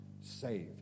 saved